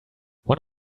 one